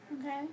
Okay